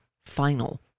Final